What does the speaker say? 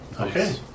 Okay